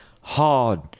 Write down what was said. Hard